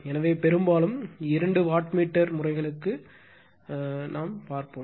எனவே பெரும்பாலும் இரண்டு வாட் மீட்டர் முறைகளுக்கு செல்லுங்கள்